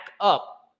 up